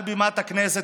מעל בימת הכנסת,